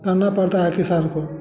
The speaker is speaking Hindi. करना पड़ता है किसान को